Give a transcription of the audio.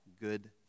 good